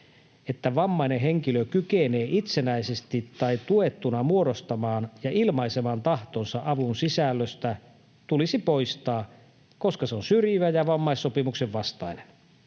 että vammainen henkilö kykenee itsenäisesti tai tuettuna muodostamaan ja ilmaisemaan tahtonsa avun sisällöstä, tulisi poistaa, koska se on syrjivä ja vammaissopimuksen vastainen.